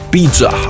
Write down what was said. Pizza